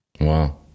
Wow